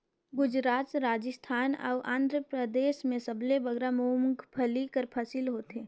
गुजरात, राजिस्थान अउ आंध्रपरदेस में सबले बगरा मूंगफल्ली कर फसिल होथे